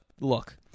look